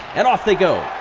and off they go!